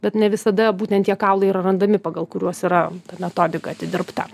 bet ne visada būtent tie kaulai yra randami pagal kuriuos yra ta metodika atidirbta